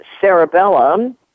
cerebellum